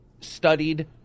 studied